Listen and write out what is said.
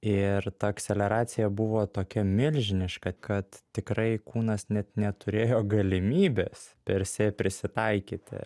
ir ta akseleracija buvo tokia milžiniška kad tikrai kūnas net neturėjo galimybės persi prisitaikyti